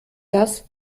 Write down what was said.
das